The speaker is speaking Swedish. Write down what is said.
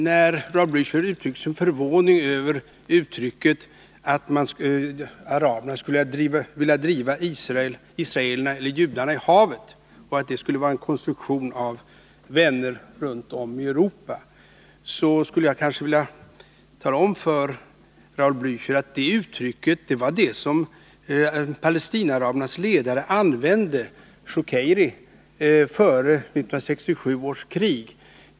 När Raul Blächer uttryckte sin förvåning över uttrycket att araberna skulle vilja driva israelerna eller judarna i havet och att detta skulle vara en konstruktion av vänner runt om i Europa, vill jag tala om för Raul Blächer att det uttrycket använde Palestinaarabernas ledare Shukairy före 1967 års krig.